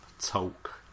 Talk